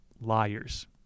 Liars